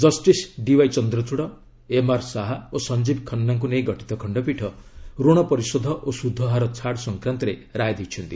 justice D Y Chandrachud M R Shah ଓ ସଞ୍ଜୀବ ଖାନ୍ନାଙ୍କୁ ନେଇ ଗଠିତ ଖଣ୍ଡପୀଠ ଋଣ ପରିଶୋଧ ଓ ସୁଧହାର ଛାଡ଼ ସଂକ୍ରାନ୍ତରେ ରାୟ ଦେଇଛନ୍ତି